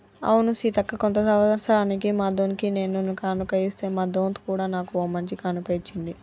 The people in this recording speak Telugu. అవును సీతక్క కొత్త సంవత్సరానికి మా దొన్కి నేను ఒక కానుక ఇస్తే మా దొంత్ కూడా నాకు ఓ మంచి కానుక ఇచ్చింది